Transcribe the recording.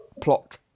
plot